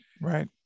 Right